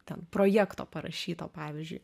ten projekto parašyto pavyzdžiui